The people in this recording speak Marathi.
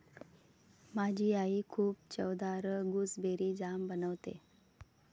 माझी आई खूप चवदार गुसबेरी जाम बनवते